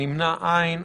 נמנעים אין.